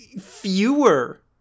Fewer